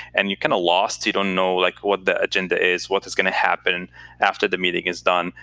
and you're kind of lost. you don't know like what the agenda is, what is going to happen after the meeting is done.